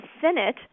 Senate